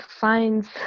finds